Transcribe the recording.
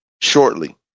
shortly